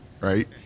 right